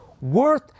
worth